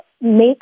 make